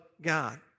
God